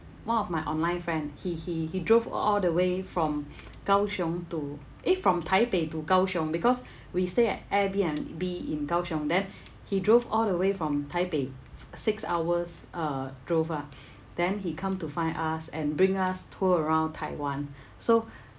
one of my online friend he he he drove all the way from kaohsiung to eh from taipei to kaohsiung because we stay at Airbnb in kaohsiung then he drove all the way from taipei six hours uh drove ah then he come to find us and bring us tour around taiwan so